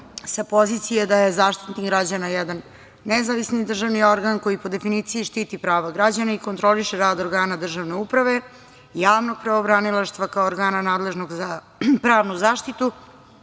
sa pozicije da je Zaštitnik građana jedan nezavisni državni organ koji po definiciji štiti prava građana i kontroliše rad organa državne uprave, javnog pravobranilaštva kao organa nadležnog za pravnu zaštitu,